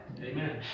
Amen